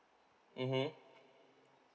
mmhmm